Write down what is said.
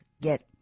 get